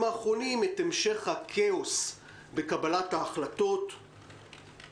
האחרונים את המשך הכאוס בקבלת ההחלטות,